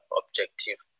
objective